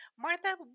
Martha